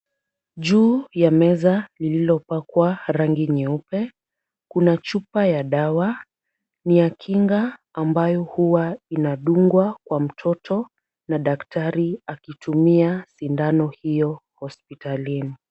Juu ya meza lililopakwa rangi nyeupe kuna chupa ya dawa. Ni ya kinga ambayo huwa inadungwa kwa mtoto na daktari akitumia sindano hiyo hospitalini.